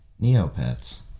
Neopets